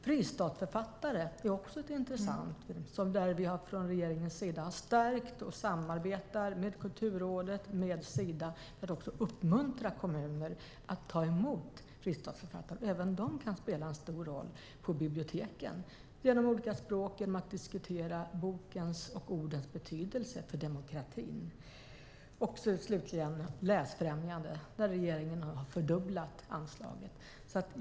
Fristadsförfattare är också intressant. Där har vi från regeringen stärkt och samarbetar med Kulturrådet och Sida och uppmuntrar också kommuner att ta emot fristadsförfattare. Även de kan spela en stor roll på biblioteken genom de olika språken och genom att diskutera bokens och ordens betydelse för demokratin. Slutligen har regeringen fördubblat anslagen till läsfrämjande.